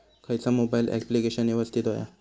खयचा mobile application यवस्तित होया?